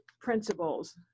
principles